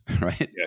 right